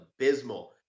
abysmal